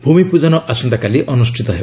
ଭୂମିପୂଜନ ଆସନ୍ତାକାଲି ଅନୁଷ୍ଠିତ ହେବ